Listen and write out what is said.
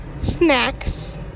snacks